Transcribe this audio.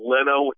Leno